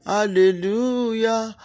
Hallelujah